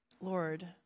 Lord